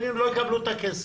ולא יקבלו את הכסף.